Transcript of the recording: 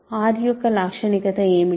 R యొక్క లాక్షణికత ఏమిటి